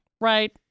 right